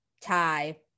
tie